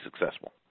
successful